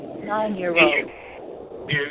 Nine-year-old